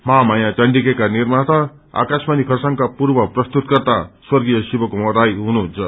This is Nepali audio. महामाया चण्डिका निर्माता आकाशवाणी खरसाङका पूर्व प्रस्तुतकर्ता स्वर्गीय शिवकुमा राई हुनुहुन्छ